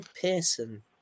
Pearson